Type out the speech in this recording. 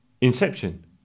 Inception